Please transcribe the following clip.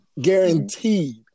Guaranteed